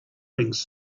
rings